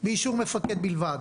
באישור מפקד בלבד.